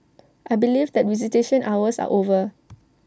I believe that visitation hours are over